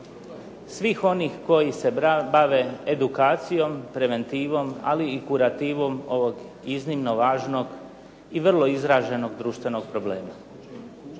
svih onih koji se bave edukacijom, preventivom ali i kurativom ovog iznimno važnog i vrlo izraženog društvenog problema.